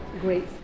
great